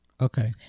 okay